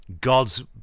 God's